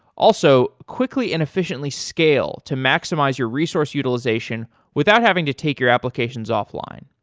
also, quickly and efficiently scale to maximize your resource utilization without having to take your applications off-line.